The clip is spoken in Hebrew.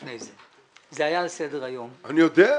לפני זה: זה היה על סדר היום -- אני יודע.